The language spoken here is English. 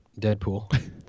deadpool